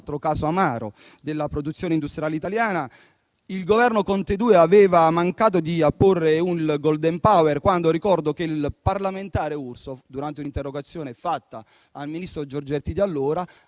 caso amaro della produzione industriale italiana - il Governo Conte II aveva mancato di opporre la *golden power,* quando ricordo che al parlamentare Urso, durante un'interrogazione fatta all'allora ministro dello